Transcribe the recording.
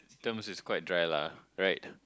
terms is quite dry lah right